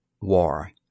WAR